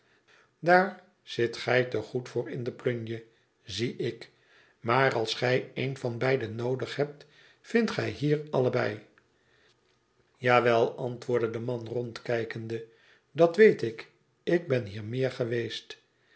daar zit gij te goed voor in de plunje zie ïk maar als gij een van beide noodi hebt vindt gij hier allebei ja wel antwoordde de man rondkijkende dat weet ik ik ben hier meer geweest